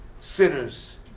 sinners